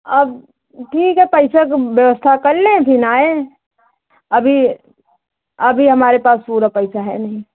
अब ठीक है पैसा की व्यवस्था कर ले फिर आएं अभी अभी हमारे पास पूरा पैसा है नहीं